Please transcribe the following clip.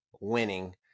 winning